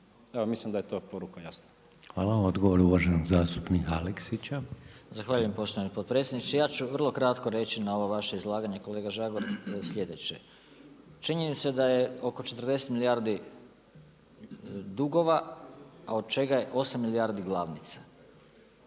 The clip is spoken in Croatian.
Evo mislim da je to poruka jasna. **Reiner, Željko (HDZ)** Hvala. Odgovor uvaženog zastupnika Aleksića. **Aleksić, Goran (SNAGA)** Zahvaljujem poštovani potpredsjedniče. Ja ću vrlo kratko reći na ovo vaše izlaganje kolega Žagar sljedeće. Činjenica da je oko 40 milijardi dugova, a od čega je 8 milijardi glavnica.